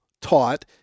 taught